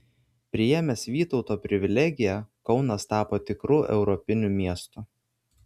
priėmęs vytauto privilegiją kaunas tapo tikru europiniu miestu